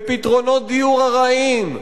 בפתרונות דיור ארעיים,